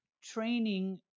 Training